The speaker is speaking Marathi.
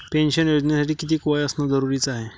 पेन्शन योजनेसाठी कितीक वय असनं जरुरीच हाय?